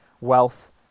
wealth